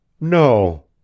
No